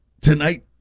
Tonight